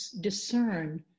discern